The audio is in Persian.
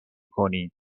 کنید